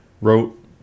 wrote